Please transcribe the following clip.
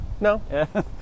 no